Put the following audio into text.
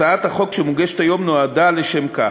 הצעת החוק שמוגשת היום באה בדיוק לשם כך.